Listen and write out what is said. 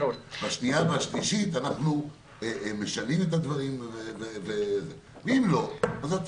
בשנייה ובשלישית אנחנו משנים את הדברים ואם לא תהיה הסכמה,